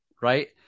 Right